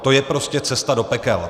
To je prostě cesta do pekel.